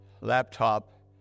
laptop